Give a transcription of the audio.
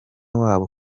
wabo